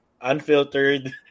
unfiltered